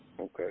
Okay